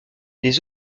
les